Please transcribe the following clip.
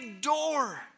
door